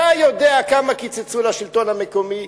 אתה יודע כמה קיצצו לשלטון המקומי,